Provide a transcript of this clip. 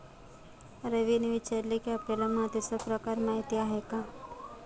रवीने विचारले की, आपल्याला मातीचा प्रकार माहीत आहे का?